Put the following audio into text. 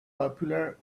popular